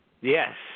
Yes